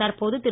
தற்போது திரு